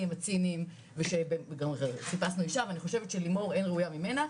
הציניים וחיפשנו אישה ואני חושבת שלימור אין ראויה ממנה,